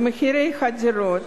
ומחירי הדירות